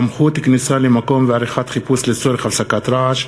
(סמכות כניסה למקום ועריכת חיפוש לצורך הפסקת רעש),